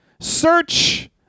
Search